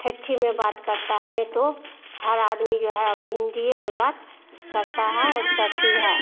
ठठी में बात करता है नहीं तो हर आदमी जो है अभी हिन्दी में बात करता है और करती है